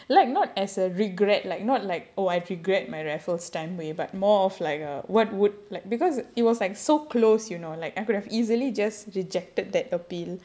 like not as a regret like not like oh I regret my raffles time way but more of like a what would like because it was like so close you know like I could have easily just rejected that appeal